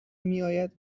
میاید